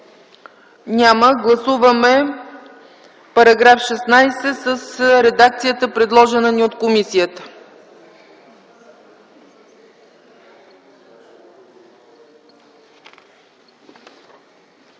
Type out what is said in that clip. няма. Гласуваме § 16 в редакцията, предложена ни от комисията.